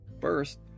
First